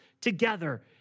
together